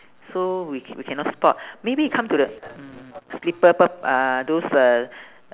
so we c~ we cannot spot maybe we come to the mm slipper uh those uh